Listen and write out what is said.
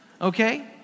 Okay